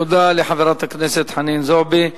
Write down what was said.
תודה לחברת הכנסת חנין זועבי.